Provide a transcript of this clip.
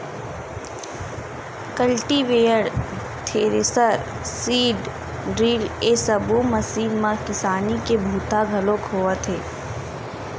cultivator, thresher, seed drill ए सब्बो machine म किसानी के बूता घलोक होवत हे